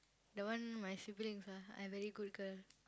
the one my sibling ah I very good girl